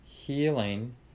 healing